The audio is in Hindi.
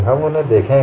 हम उन्हें देखेंगे